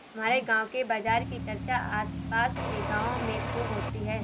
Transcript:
हमारे गांव के बाजार की चर्चा आस पास के गावों में खूब होती हैं